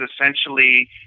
essentially